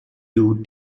two